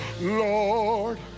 Lord